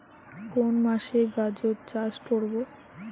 কোন মাসে গাজর চাষ করব?